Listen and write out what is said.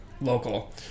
local